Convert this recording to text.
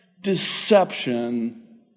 deception